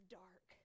dark